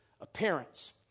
appearance